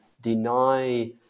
deny